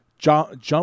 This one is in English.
jump